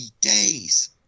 days